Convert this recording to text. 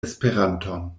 esperanton